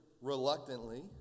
reluctantly